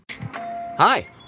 Hi